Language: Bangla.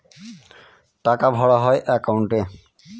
টাকা ভরা হয় একাউন্টে